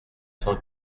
cent